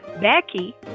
Becky